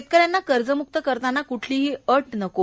शेतकऱ्यांना कर्जम्रुक्त करताना कुठलीही अट नको